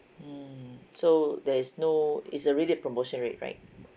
mm so there is no it's a really promotion rate right